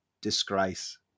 disgrace